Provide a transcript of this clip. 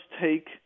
take